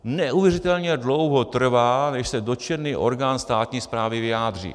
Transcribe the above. Neuvěřitelně dlouho trvá, než se dotčený orgán státní správy vyjádří.